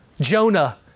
Jonah